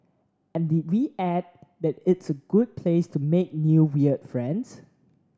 and did we add that it's a good place to make new weird friends